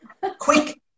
quick